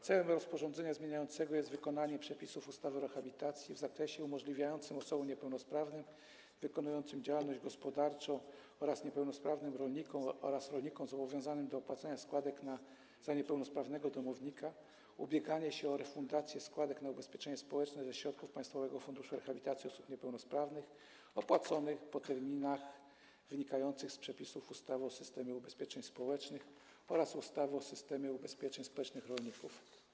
Celem rozporządzenia zmieniającego jest wykonanie przepisów ustawy o rehabilitacji w zakresie umożliwiającym osobom niepełnosprawnym wykonującym działalność gospodarczą oraz niepełnosprawnym rolnikom, oraz rolnikom zobowiązanym do opłacania składek za niepełnosprawnego domownika ubieganie się o refundację składek na ubezpieczenie społeczne ze środków Państwowego Funduszu Rehabilitacji Osób Niepełnosprawnych opłaconych po terminach wynikających z przepisów ustawy o systemie ubezpieczeń społecznych oraz ustawy o systemie ubezpieczeń społecznych rolników.